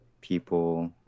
people